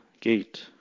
gate